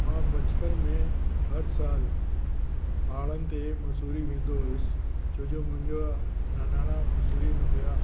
मां बचपन में हर साल पहाड़नि ते मसूरी वेंदो हुयुसि छो जो मुंहिंजा नानाड़ा मसूरी में हुया